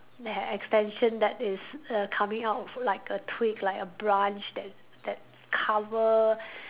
that has extension that is err coming out like a twig like a brunch that that cover